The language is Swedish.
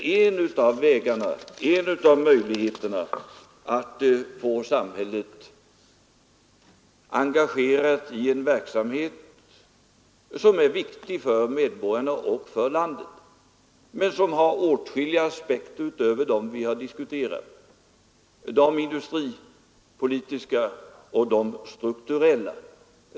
Detta är en av möjligheterna att få samhället engagerat i en verksamhet som är viktig för medborgarna och för landet men som har åtskilliga aspekter utöver dem vi har diskuterat, dvs. de industripolitiska och de strukturella.